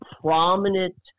prominent